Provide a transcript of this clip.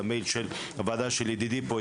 למייל של הוועדה של ידידי פה,